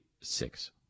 six